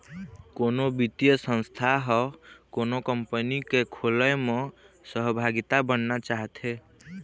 कोनो बित्तीय संस्था ह कोनो कंपनी के खोलय म सहभागिता बनना चाहथे